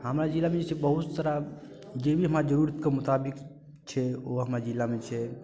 हमरा जिलामे जे छै बहुत सारा जे भी हमरा जरूरतके मुताबिक छै ओ हमरा जिलामे छै